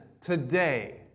today